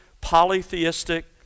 polytheistic